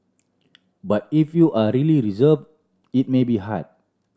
but if you are really reserve it may be hard